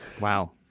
Wow